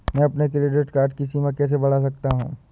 मैं अपने credit card की सीमा कैसे बढ़ा सकता हूँ?